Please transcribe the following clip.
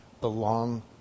belong